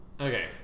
Okay